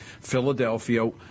Philadelphia